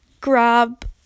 grab